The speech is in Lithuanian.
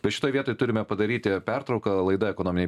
bet šitoj vietoj turime padaryti pertrauką laidą ekonominiai